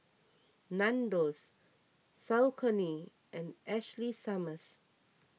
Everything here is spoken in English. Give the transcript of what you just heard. Nandos Saucony and Ashley Summers